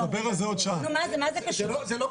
מה זה קשור?